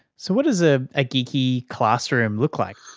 so what does a ah geekie classroom look like?